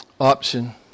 option